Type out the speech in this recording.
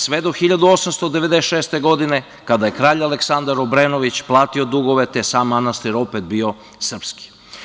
Sve do 1896. godine kada je kralj Aleksandar Obrenović platio dugove, te je sam manastir opet bio srpski.